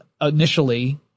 initially